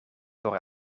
voor